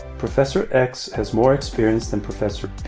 prof. so ecks has more experience than prof.